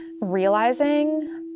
realizing